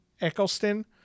Eccleston